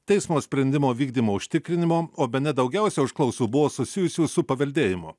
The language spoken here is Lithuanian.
teismo sprendimo vykdymo užtikrinimo o bene daugiausiai užklausų buvo susijusių su paveldėjimu